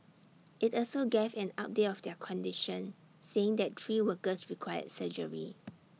IT also gave an update of their condition saying that three workers required surgery